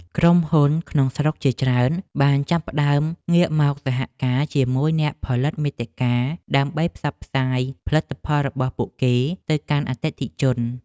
ក្រុមហ៊ុនក្នុងស្រុកជាច្រើនបានចាប់ផ្តើមងាកមកសហការជាមួយអ្នកផលិតមាតិកា ដើម្បីផ្សព្វផ្សាយផលិតផលរបស់ពួកគេទៅកាន់អតិថិជន។